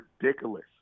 ridiculous